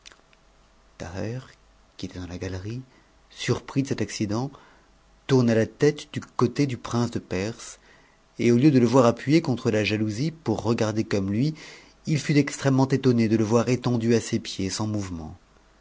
dans la gaicric surpris de cet accident tourna la tête du côté du prince de perse et au lieu de le voir appuyé contre la jalousie pour regarder comme lui il fut extrêmement étonné de le voir étendu à ses pieds sans mouvement